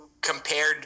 compared